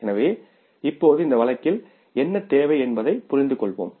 எனவே இப்போது இந்த வழக்கில் என்ன தேவை என்பதைப் புரிந்துகொள்வோம்